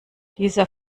dieser